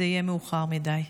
זה יהיה מאוחר מדי.